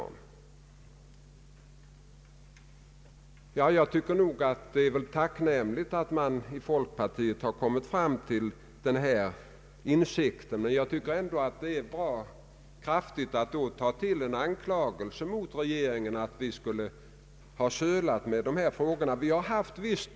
Utan att på något sätt vilja förringa betydelsen av utflyttning från storstäderna tycker jag att man tar till alltför kraftiga ord, när man från centerns sida gör gällande att vi skulle befinna oss i en speciellt besvärlig situation.